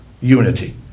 unity